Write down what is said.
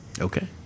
Okay